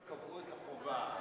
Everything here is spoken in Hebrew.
כאשר קבעו את החובה